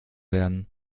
werden